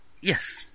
Yes